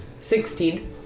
Sixteen